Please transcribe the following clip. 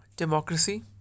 democracy